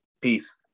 Peace